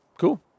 Cool